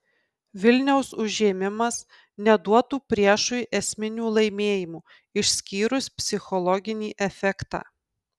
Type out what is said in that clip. vilniaus užėmimas neduotų priešui esminių laimėjimų išskyrus psichologinį efektą